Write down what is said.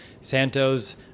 Santos